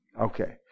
Okay